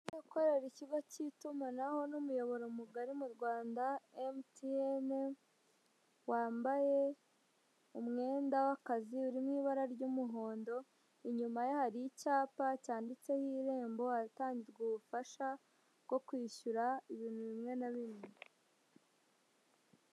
Ikigo gukorera ikigo cy'itumanaho n'umuyoboro mugari mu rwanda mtne wambaye umwenda w'akazi urimo ibara ry'umuhondo inyuma hari icyapa cyanditseho irembo hatangirwa ubufasha bwo kwishyura ibintu bimwe na bimwe.